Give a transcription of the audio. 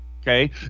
Okay